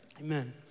Amen